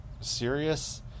serious